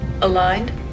Aligned